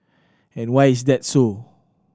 and why is that so